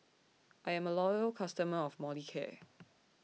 I'm A Loyal customer of Molicare